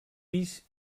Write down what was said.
pis